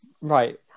right